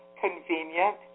convenient